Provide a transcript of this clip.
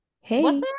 Hey